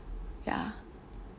ya